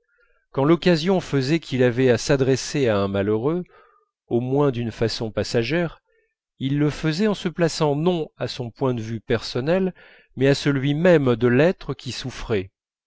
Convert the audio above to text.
quand l'occasion faisait qu'il avait à s'adresser à un malheureux au moins d'une façon passagère il le faisait en se plaçant non à son point de vue personnel mais à celui même de l'être qui souffrait